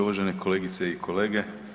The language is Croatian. Uvažene kolegice i kolege.